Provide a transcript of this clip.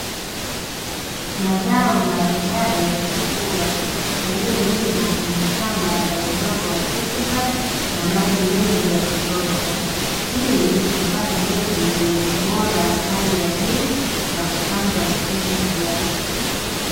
Mazao mbalimbali ya chakula yaliyolimwa kwenye shamba la udongo wa rutuba na maji mengi yakutosha, ili kupata mbegu zenye ubora wa hali ya juu za kupandwa msimu ujao.